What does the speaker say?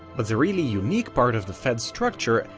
but the really unique part of the fed's structure,